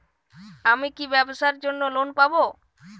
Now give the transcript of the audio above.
আমি কি ব্যবসার জন্য লোন পাব?